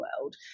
world